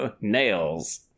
nails